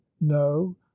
no